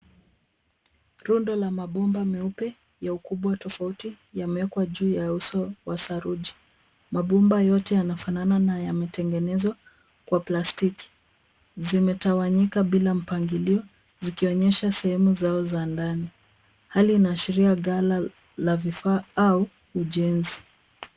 Rundo la mabomba meupe ya ukubwa tofauti yameekwa juu ya uso wa saruji. Mabomba yote yanafanana na yametegenezwa kwa plastiki. Zimetawanyika bila mpangilio zikionyesha sehemu zao za ndani. Hali inaashiria gala la vifaa au ujenzi.